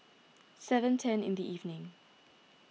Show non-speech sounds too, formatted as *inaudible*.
*noise* seven ten in the evening